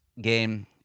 game